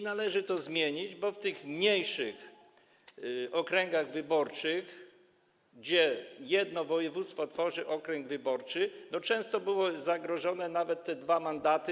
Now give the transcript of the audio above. Należy to zmienić, bo w tych mniejszych okręgach wyborczych, gdzie jedno województwo tworzy okręg wyborczy, często były zagrożone nawet te dwa mandaty.